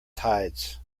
tides